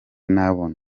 nabona